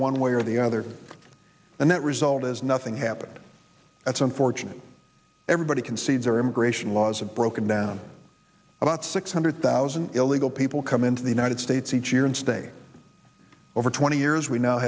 one way or the other and that result as nothing happened that's unfortunate everybody concedes our immigration laws have broken down about six hundred thousand illegal people come into the united states each year and stay over twenty years we now